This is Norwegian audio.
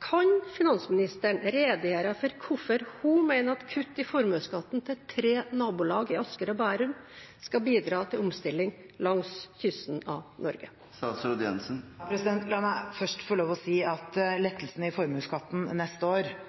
Kan finansministeren redegjøre for hvorfor hun mener at kutt i formuesskatten til tre nabolag i Asker og Bærum skal bidra til omstilling langs kysten av Norge? La meg først få lov til å si at lettelsen i formuesskatten neste år